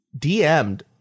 DM'd